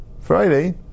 Friday